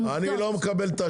זה עובדות.